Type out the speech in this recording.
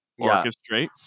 orchestrate